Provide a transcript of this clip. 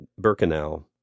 Birkenau